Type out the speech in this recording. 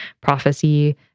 Prophecy